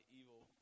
evil